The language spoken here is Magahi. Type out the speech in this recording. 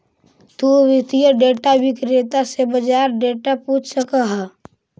तु वित्तीय डेटा विक्रेता से बाजार डेटा पूछ सकऽ हऽ